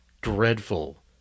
dreadful